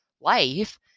life